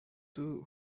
two